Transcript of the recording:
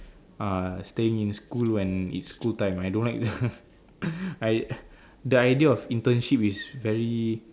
uh staying in school when it's school time I don't like the I the idea of internship is very